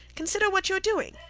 consider what you are doing.